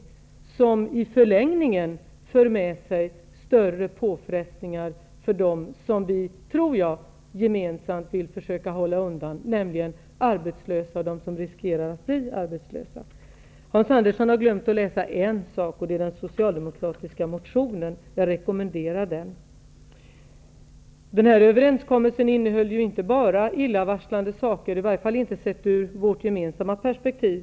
Den medför i förlängningen större påfrestningar för dem som jag tror att vi gemensamt vill försöka hålla undan, nämligen de arbetslösa och de som riskerar att bli arbetslösa. Hans Andersson har glömt att läsa den socialdemokratiska motionen. Jag rekommenderar den. Den här överenskommelsen innehöll inte bara illavarslande saker, åtminstone inte sett ur vårt gemensamma perspektiv.